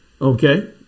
okay